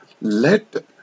let